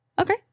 Okay